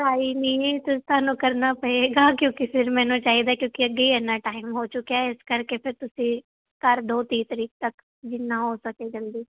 try ਨਹੀਂ ਤੁਸੀਂ ਤੁਹਾਨੂੰ ਕਰਨਾ ਪਏਗਾ ਕਿਉਂਕਿ ਫਿਰ ਮੈਨੂੰ ਚਾਹੀਦਾ ਕਿਉਂਕਿ ਅੱਗੇ ਹੀ ਇੰਨਾ ਟਾਈਮ ਹੋ ਚੁੱਕਿਆ ਇਸ ਕਰਕੇ ਫਿਰ ਤੁਸੀਂ ਕਰ ਦਿਓ ਤੀਹ ਤਰੀਕ ਤੱਕ ਜਿੰਨਾ ਹੋ ਸਕੇ ਜਲਦੀ